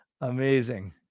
Amazing